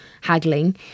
haggling